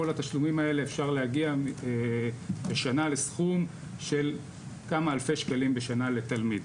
כל התשלומים האלה אפשר להגיע בשנה לסכום של כמה אלפי שקלים בשנה לתלמיד.